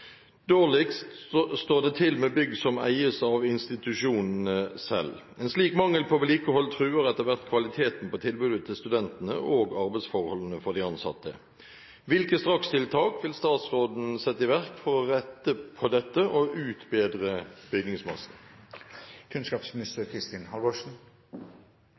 Dårligst står det til med bygg som eies av institusjonene selv. En slik mangel på vedlikehold truer etter hvert kvaliteten på tilbudet til studentene og arbeidsforholdene for de ansatte. Hvilke strakstiltak vil statsråden sette i verk for å rette på dette og utbedre bygningsmassen?»